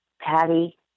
Patty